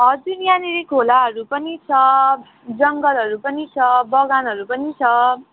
हजुर यहाँनिर खोलाहरू पनि छ जङ्गलहरू पनि छ बगानहरू पनि छ